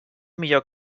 millor